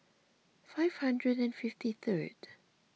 five hundred and fifty third